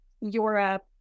Europe